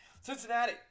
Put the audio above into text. Cincinnati